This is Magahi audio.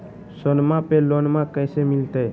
सोनमा पे लोनमा कैसे मिलते?